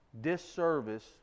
disservice